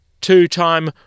two-time